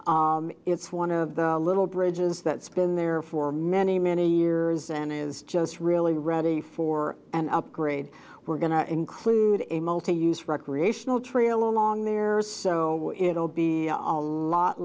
lido it's one of the little bridges that's been there for many many years and is just really ready for an upgrade we're going to include a multi use recreational trail along there so it'll be a lot